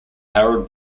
harold